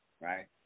right